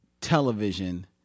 television